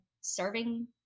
serving